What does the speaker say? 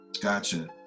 gotcha